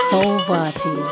Solvati